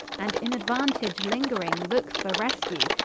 and in aduantage lingring lookes for rescue,